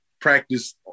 practice